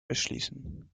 verschließen